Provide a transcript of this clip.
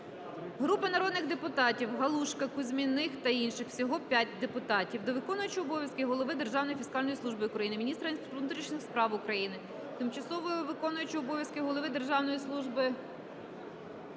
Групи народних депутатів (Галушка, Кузьміних та інших. Всього 5 депутатів) до виконуючого обов'язки Голови Державної фіскальної служби України, міністра внутрішніх справ України, тимчасово виконуючого обов'язки Голови Державної служби геології